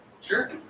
Sure